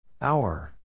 Hour